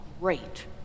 great